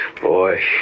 Boy